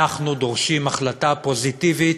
אנחנו דורשים החלטה פוזיטיבית: